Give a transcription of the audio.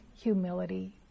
humility